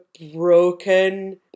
broken